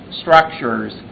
structures